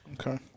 Okay